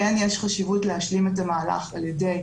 כן יש חשיבות להשלים את המהלך על ידי